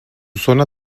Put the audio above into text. zona